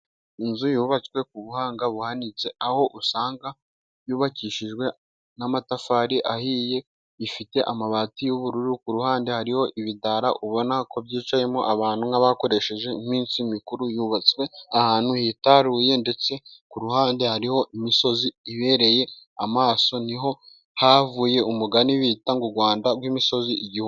Inzu yubatswe ku buhanga buhanitse aho usanga yubakishijwe n'amatafari ahiye, ifite amabati y'ubururu ku ruhande hariho ibidara ubona ko byicayemo abantu nk'abakoresheje iminsi mikuru. Yubatswe ahantu hitaruye ndetse ku ruhande hariho imisozi ibereye amaso niho havuye umugani bita u Rwanda rw'imisozi igihu....